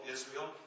Israel